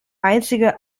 einzige